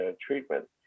treatment